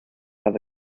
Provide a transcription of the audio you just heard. have